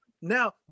Now